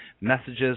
messages